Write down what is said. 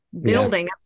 building